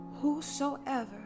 Whosoever